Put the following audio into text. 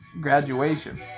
graduation